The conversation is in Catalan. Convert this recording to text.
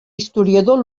historiador